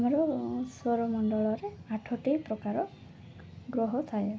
ଆମର ସୌରମଣ୍ଡଳରେ ଆଠଟି ପ୍ରକାର ଗ୍ରହ ଥାଏ